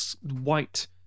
white